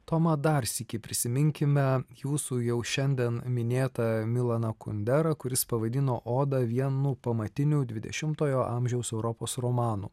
toma dar sykį prisiminkime jūsų jau šiandien minėtą milaną kunderą kuris pavadino odą vienu pamatinių dvidešimtojo amžiaus europos romanų